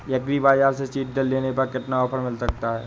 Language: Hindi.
एग्री बाजार से सीडड्रिल पर कितना ऑफर मिल सकता है?